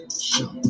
show